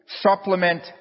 supplement